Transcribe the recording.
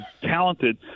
talented